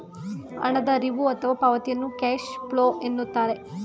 ಹಣದ ಹರಿವು ಅಥವಾ ಪಾವತಿಯನ್ನು ಕ್ಯಾಶ್ ಫ್ಲೋ ಎನ್ನುತ್ತಾರೆ